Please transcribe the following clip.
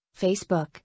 Facebook